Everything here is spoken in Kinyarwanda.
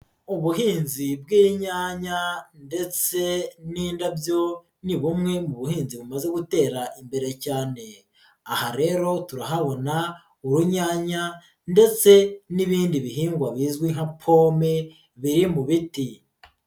Ubuhinzi bw'inyanya ndetse n'indabyo, ni bumwe mu buhinzi bumaze gutera imbere cyane, aha rero turahabona urunyanya ndetse n'ibindi bihingwa bizwi nka pome biri mu biti.